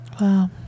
Wow